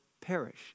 perish